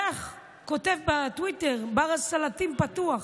כותב בטוויטר: בר הסלטים פתוח.